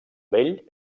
vell